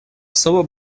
особо